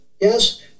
yes